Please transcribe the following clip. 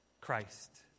Christ